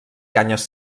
canyes